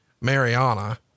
Mariana